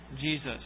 Jesus